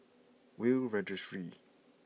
Will Registry